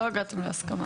לא הגעתם להסכמה.